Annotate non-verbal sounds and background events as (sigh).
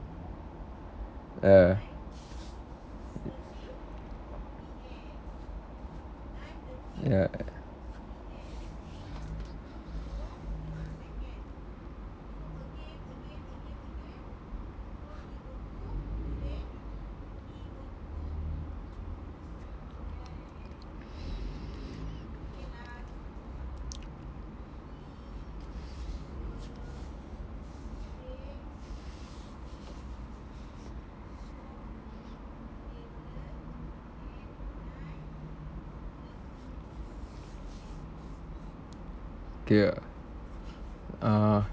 ya ya (breath) okay ah uh